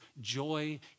joy